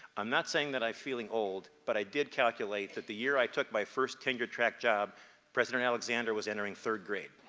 i'm not saying that i'm feeling old, but i did calculate that the year i took my first tenure tracked job president alexander was entering third grade.